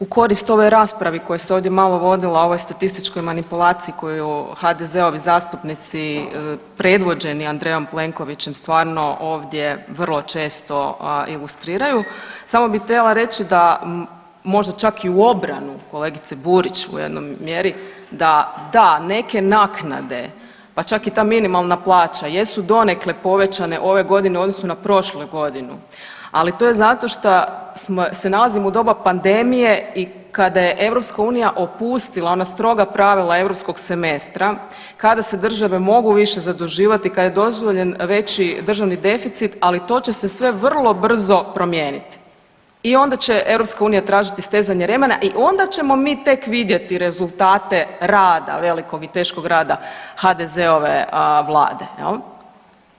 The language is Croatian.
U korist ovoj raspravi koja se ovdje malo vodila o ovoj statističkoj manipulaciji koju HDZ-ovi zastupnici predvođeni Andrejom Plenkovićem stvarno ovdje vrlo često ilustriraju samo bi trebala reći da možda čak i u obranu kolegice Burić u jednoj mjeri da da, neke naknade pa čak i ta minimalna plaća, jesu donekle povećane ove godine u odnosu na prošlu godinu, ali to je zato šta se nalazimo u doba pandemije i kada je EU opustila ona stroga pravila EU semestra, kada se države mogu više zaduživati, kad je dozvoljen veći državni deficit, ali to će se sve vrlo brzo promijeniti i onda će EU tražiti stezanje remena i onda ćemo mi tek vidjeti rezultate rada velikog i teškog rada HDZ-ove Vlade, je li?